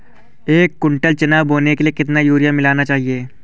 एक कुंटल चना बोने के लिए कितना यूरिया मिलाना चाहिये?